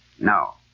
No